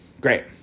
Great